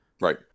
Right